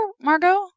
Margot